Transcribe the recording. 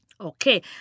Okay